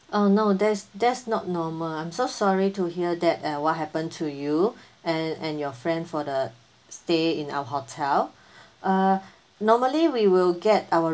oh no that's that's not normal I'm so sorry to hear that err what happen to you and and your friend for the stay in our hotel uh normally we will get our